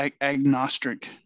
agnostic